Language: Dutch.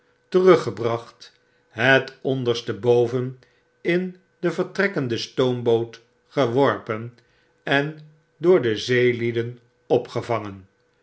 teruggebracht het onderste boven in de vertrekkende stoomboot geworpen en door de zeelieden opgevangen